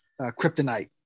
kryptonite